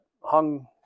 hung